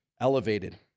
Elevated